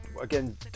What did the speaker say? again